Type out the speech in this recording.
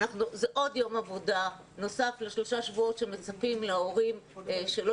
זה עוד יום עבודה נוסף לשלושה שבועות שמצפים להורים שלא